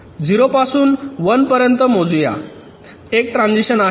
0 पासून 1 पर्यंत मोजूया एक ट्रान्झिशन आहे